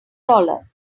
dollar